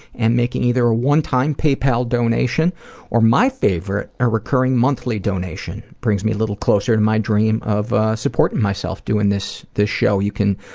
and making either a one-time paypal donation or my favorite, a recurring monthly donation. brings me a little closer to my dream of supporting myself doing this this show. you can